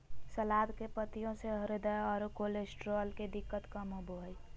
सलाद के पत्तियाँ से हृदय आरो कोलेस्ट्रॉल के दिक्कत कम होबो हइ